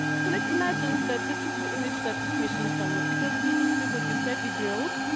so, let's imagine that this is the image that this machine sent us because if you just did what you said, we drilled,